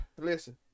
listen